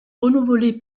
renouvelée